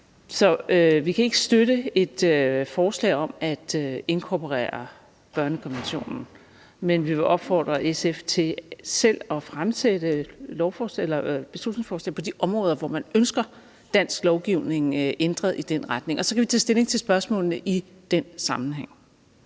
Så vi kan ikke støtte et forslag om at inkorporere børnekonventionen, men vi vil opfordre SF til selv at fremsætte beslutningsforslag på de områder, hvor man ønsker dansk lovgivning ændret i den retning, og så kan vi tage stilling til spørgsmålene i den sammenhæng.